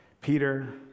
Peter